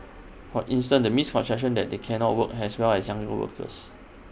for instance the misconception that they cannot work as well as younger workers